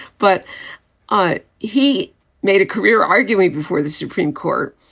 but ah but he made a career arguing before the supreme court.